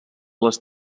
les